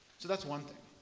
so that's one thing.